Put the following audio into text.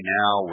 now